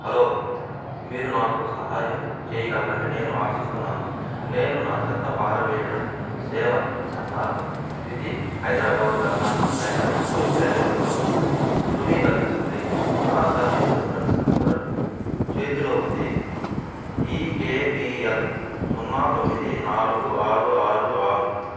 hello మీరు నాకు సహాయం చేయగలరని నేను ఆశిస్తున్నాను నేను నా చెత్త పారవేయడం సేవ చందా స్థితి హైదరాబాదు వ్యర్దాలను సేకరణలో సేవలలో ధృవీకరించాలి నా సర్వీస్ రిఫరెన్స్ నంబర్ చేతిలో ఉంది ఈకేబీఎల్ సున్నా తొమ్మిది నాలుగు ఆరు ఆరు ఆరు